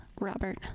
robert